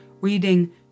reading